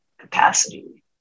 capacity